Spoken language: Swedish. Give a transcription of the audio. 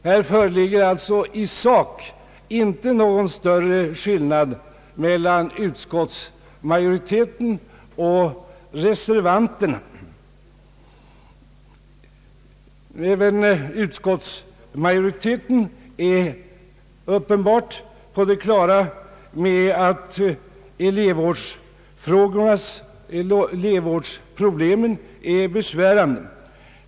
Här föreligger alltså i sak inte någon större skillnad mellan utskottsmajoritetens och reservanternas uppfattning. Även utskottsmajoriteten är uppenbarligen på det klara med att elevvårdsproblemen är besvärande.